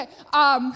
Okay